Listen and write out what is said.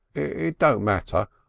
it don't matter.